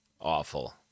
awful